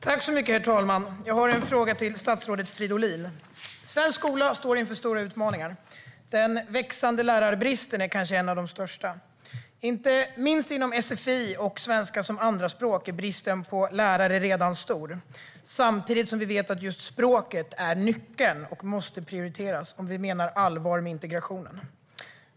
Herr talman! Jag har en fråga till statsrådet Fridolin. Svensk skola står inför stora utmaningar. Den växande lärarbristen är kanske en av de största. Inte minst inom sfi och svenska som andraspråk är bristen på lärare redan stor samtidigt som vi vet att just språket är nyckeln och måste prioriteras om vi menar allvar med integrationen.